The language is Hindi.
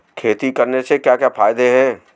खेती करने से क्या क्या फायदे हैं?